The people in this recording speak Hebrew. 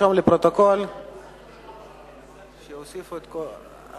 לדיון מוקדם בוועדת הכלכלה